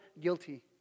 Guilty